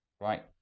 right